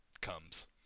comes